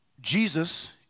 Jesus